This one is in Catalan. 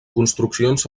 construccions